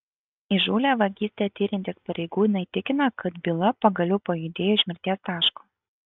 įžūlią vagystę tiriantys pareigūnai tikina kad byla pagaliau pajudėjo iš mirties taško